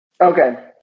Okay